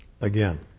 again